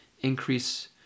increase